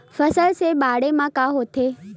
फसल से बाढ़े म का होथे?